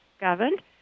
governed